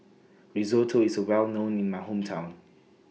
Risotto IS Well known in My Hometown